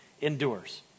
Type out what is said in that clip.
endures